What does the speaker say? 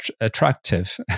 attractive